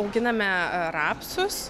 auginame rapsus